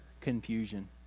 confusion